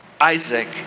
Isaac